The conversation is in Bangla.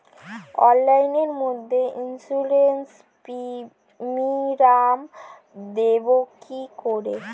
অনলাইনে মধ্যে ইন্সুরেন্স প্রিমিয়াম দেবো কি করে?